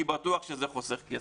אני בטוח שזה חוסך כסף.